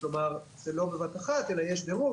כלומר זה לא בבת אחת אלא יש דירוג.